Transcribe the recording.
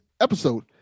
episode